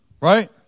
right